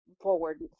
forward